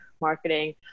marketing